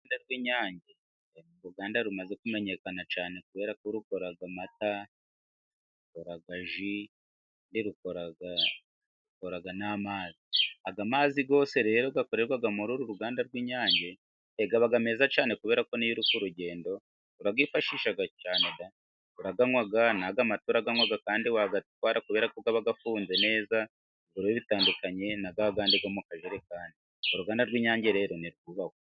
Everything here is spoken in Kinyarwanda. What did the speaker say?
Uruganda rw'Inyange ni uruganda rumaze kumenyekana cyane kubera ko rukora amata, rukora ji, rukora, rukora n'amazi aya mazi yose rero akorerwa muri uru ruganda rw'Inyange ,aba meza cyane kubera ko n'iyo uri ku rugendo urayifashisha cyane da!,uranywa n'aya mata uranywa, kandi wayatwara kubera ko abafunze neza ru bitandukanye na ya yandi yo mu kajerikani .Uruganda rw'Inyange rero nirwubahwe.